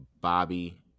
Bobby